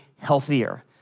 healthier